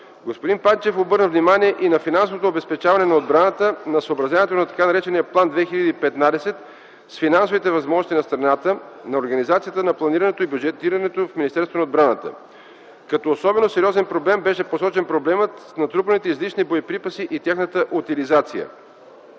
Господин Панчев обърна внимание на финансовото обезпечение на отбраната, на съобразяването на така наречения План 2015 с финансовите възможности на страната, на организацията на планирането и бюджетирането в Министерството на отбраната. Като особено сериозен беше посочен проблемът с натрупаните излишни боеприпаси и тяхната утилизация.